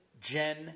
Jen